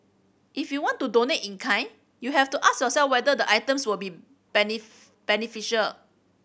if you want to donate in kind you have to ask yourself whether the items will be beneficial